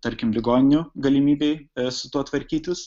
tarkim ligoninių galimybei su tuo tvarkytis